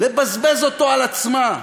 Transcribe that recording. לבזבז אותו על עצמה.